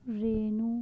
Renu